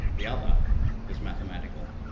the other is mathematical.